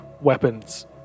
weapons